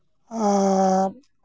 ᱟᱨ